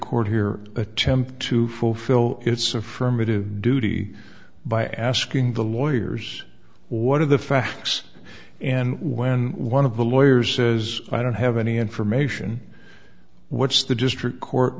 court here attempt to fulfill its affirmative duty by asking the lawyers one of the facts and when one of the lawyers says i don't have any information what's the district court